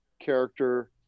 character